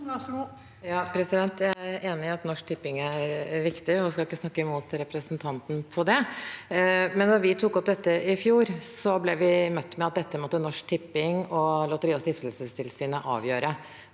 Jeg er enig i at Norsk Tipping er viktig og skal ikke si imot representanten på det, men da vi tok opp dette i fjor, ble vi møtt med at dette måtte Norsk Tipping og Lotteri- og stiftelsestilsynet avgjøre,